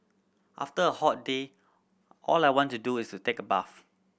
after a hot day all I want to do is take a bath